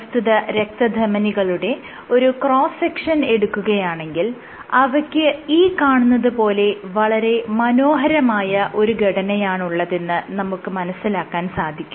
പ്രസ്തുത രക്തധമനികളുടെ ഒരു ക്രോസ് സെക്ഷൻ എടുക്കുകയാണെങ്കിൽ അവയ്ക്ക് ഈ കാണുന്നത് പോലെ വളരെ മനോഹരമായ ഒരു ഘടനയാണുള്ളതെന്ന് നമുക്ക് മനസ്സിലാക്കാൻ സാധിക്കും